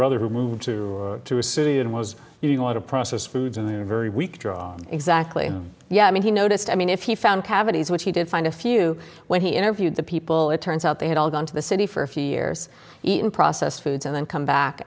brother who moved to a city and was getting a lot of processed foods in a very weak draw exactly yeah i mean he noticed i mean if he found cavities which he did find a few when he interviewed the people it turns out they had all gone to the city for a few years eating processed foods and then come back